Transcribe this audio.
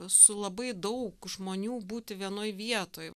su labai daug žmonių būti vienoj vietoj